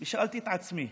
שאלתי את עצמי